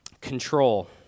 Control